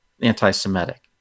anti-semitic